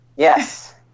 Yes